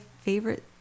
favorite